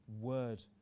Word